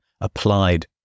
applied